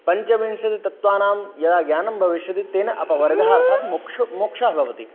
पञ्चविंशतितत्त्वानां यदा ज्ञानं भविष्यति तेन अपवर्गः अर्थात् मोक्षः मोक्षः भवति